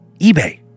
eBay